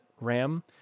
Ram